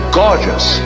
gorgeous